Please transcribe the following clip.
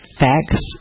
facts